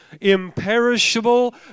imperishable